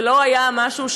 זה לא היה נחוץ,